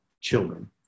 children